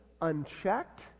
unchecked